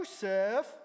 Joseph